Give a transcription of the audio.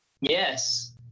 yes